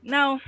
Now